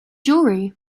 jewellery